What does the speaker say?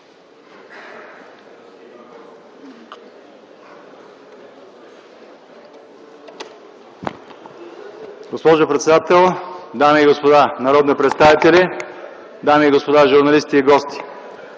Госпожо председател, дами и господа народни представители, дами и господа журналисти и гости!